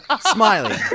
Smiley